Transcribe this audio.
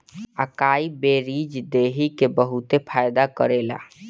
अकाई berries देहि के बहुते फायदा करेला